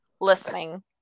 listening